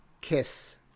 kiss